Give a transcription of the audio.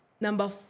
Number